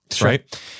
right